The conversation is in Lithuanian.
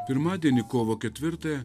pirmadienį kovo ketvirtąją